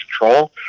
control